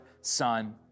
Son